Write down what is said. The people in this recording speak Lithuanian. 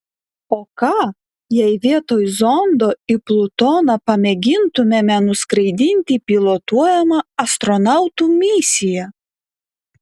o ką jei vietoj zondo į plutoną pamėgintumėme nuskraidinti pilotuojamą astronautų misiją